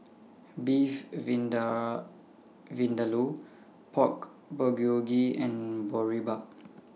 Beef Vindaloo Pork Bulgogi and Boribap